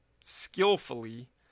skillfully